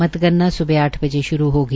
मतगणना सुबह आठ बजे शुरू होगी